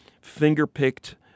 finger-picked